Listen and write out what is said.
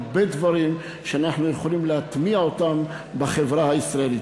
הרבה דברים שאנחנו יכולים להטמיע בחברה הישראלית.